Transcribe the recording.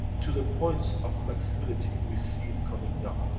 to the points of flexibility we see it coming up,